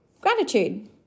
gratitude